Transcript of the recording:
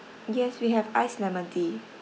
yes we have iced lemon tea